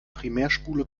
primärspule